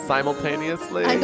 Simultaneously